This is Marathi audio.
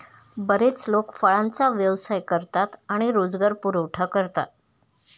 बरेच लोक फळांचा व्यवसाय करतात आणि रोजगार पुरवठा करतात